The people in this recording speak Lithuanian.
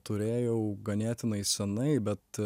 turėjau ganėtinai senai bet